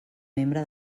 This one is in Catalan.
membre